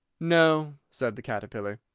no, said the caterpillar.